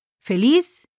feliz